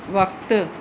वक़्तु